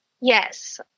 Yes